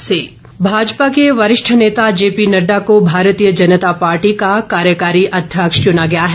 नड़डा भाजपा के वरिष्ठ नेता जे पी नड्डा को भारतीय जनता पार्टी का कार्यकारी अध्यक्ष चुना गया है